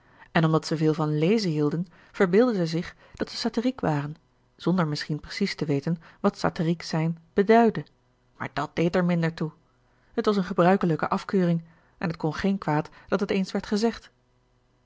en omdat ze veel van lezen hielden verbeeldde zij zich dat ze satiriek waren zonder misschien precies te weten wat satiriek zijn beduidde maar dàt deed er minder toe het was een gebruikelijke afkeuring en t kon geen kwaad dat het eens werd gezegd